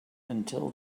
until